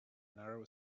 narrow